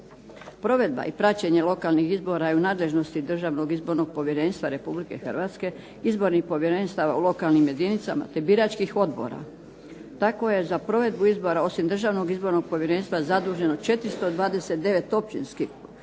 Provedba i praćenje lokalnih izbora je u nadležnosti Državnog izbornog povjerenstva Republike Hrvatske, izbornih povjerenstava u lokalnim jedinicama, te biračkih odbora. Tako je za provedbu izbora osim Državnog izbornog povjerenstva zaduženo 429 općinskih,